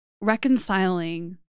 reconciling